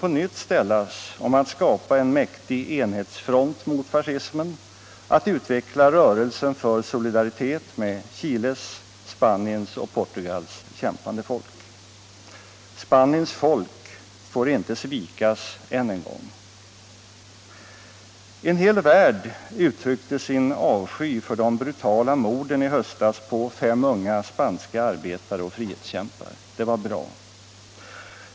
Motståndsrörelsen mot fascismen synes ha konsoliderats och flyttat fram sina ställningar.